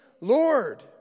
Lord